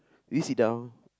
we sit down